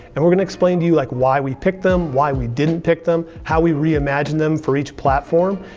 and we're gonna explain to you like why we picked them, why we didn't pick them, how we reimagined them for each platform,